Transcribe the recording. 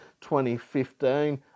2015